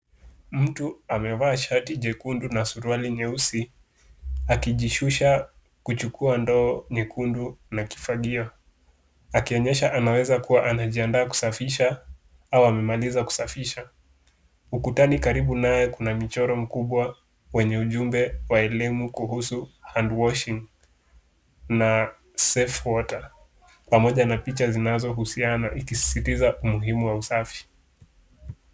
Mtu amevaa shati jekundu na suruali nyeusi akijishusha kuchukua ndoo nyekundu na kifagio akionyesha kuwa anaweza kuwa anajiandaa kusafisha au amemaliza kusafisha. Ukutani karibu naye kuna michoro mkubwa wenye ujumbe wa elimu kuhusu handwashing na safe water , pamoja na sifa zinazohusiana na kusisitiza umuhimu wa usafi.